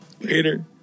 Later